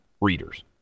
readers